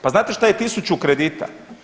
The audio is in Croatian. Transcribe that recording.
Pa znate šta je 1000 kredita?